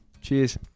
cheers